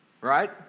right